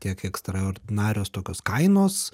tiek ekstraordinarios tokios kainos